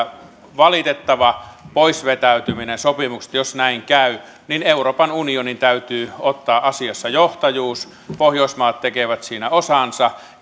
valitettava pois vetäytyminen sopimuksesta jos näin käy niin euroopan unionin täytyy ottaa asiassa johtajuus pohjoismaat tekevät siinä osansa